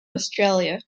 australia